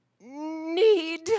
need